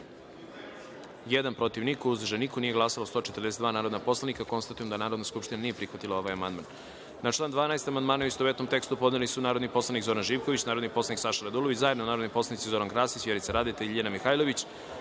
uzdržanih – niko, nije glasalo 141 narodni poslanik. Konstatujem da Narodna skupština nije prihvatila ovaj amandman. Na član 3. amandmane, u istovetnom tekstu, podneli su narodni poslanik Zoran Živković, narodni poslanik Saša Radulović, zajedno narodni poslanici Zoran Krasić, Vjerica Radeta i Dubravko Bojić,